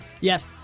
Yes